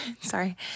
Sorry